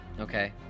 Okay